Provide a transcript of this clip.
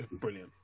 brilliant